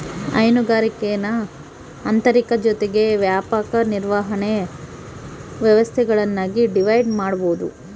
ಹೈನುಗಾರಿಕೇನ ಆಂತರಿಕ ಜೊತಿಗೆ ವ್ಯಾಪಕ ನಿರ್ವಹಣೆ ವ್ಯವಸ್ಥೆಗುಳ್ನಾಗಿ ಡಿವೈಡ್ ಮಾಡ್ಬೋದು